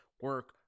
Work